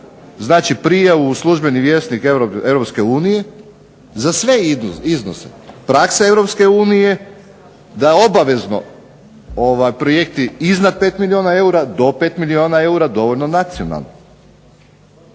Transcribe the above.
znači prijavu u službeni Vjesnik EU za sve iznose. Praksa EU da obavezno projekti iznad 5 milijuna eura, do 5 milijuna eura dovoljno nacionalni.